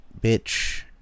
Bitch